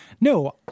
no